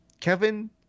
Kevin